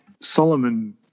Solomon